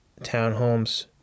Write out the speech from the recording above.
townhomes